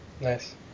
Nice